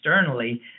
externally